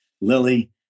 Lily